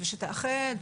ושתאחד,